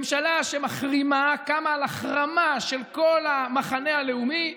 ממשלה שמחרימה, קמה על החרמה של כל המחנה הלאומי,